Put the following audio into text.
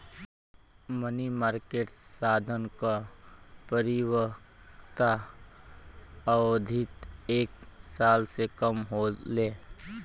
मनी market साधन क परिपक्वता अवधि एक साल से कम होले